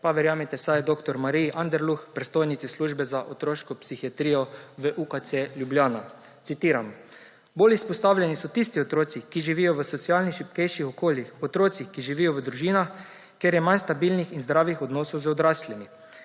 pa verjemite vsaj dr. Mariji Anderluh, predstojnici Službe za otroško psihiatrijo v UKC Ljubljana. Citiram: »Bolj izpostavljeni so tisti otroci, ki živijo v socialno šibkejših okoljih, otroci, ki živijo v družinah, kjer je manj stabilnih in zdravih odnosov z odraslimi.